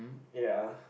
ya